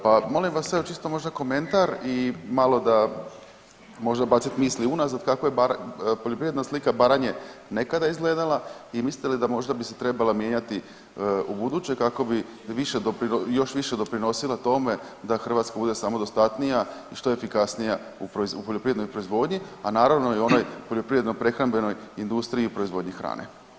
Pa molim vas evo čisto možda komentar i malo da bacit misli unazad kako je poljoprivredna slika Baranje nekada izgledala i mislite li da možda bi se trebala mijenjati u buduće kako bi više, još više doprinosila tome da Hrvatska bude samodostatnija i što efikasnija u poljoprivrednoj proizvodnji, a naravno i u onoj poljoprivredno prehrambenoj industriji i proizvodnji hrane.